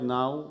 now